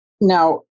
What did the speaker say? now